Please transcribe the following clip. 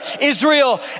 Israel